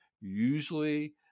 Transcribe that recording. usually